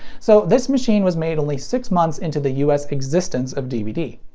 so this machine was made only six months into the us existence of dvd.